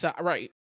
Right